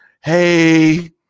hey